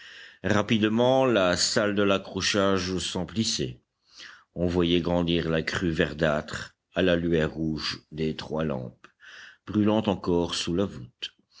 rapidement la salle de l'accrochage s'emplissait on voyait grandir la crue verdâtre à la lueur rouge des trois lampes brûlant encore sous la voûte